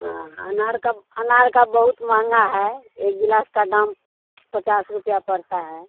हाँ अनार का अनार का बहुत महँगा है एक गिलास का दाम पचास रुपया पड़ता है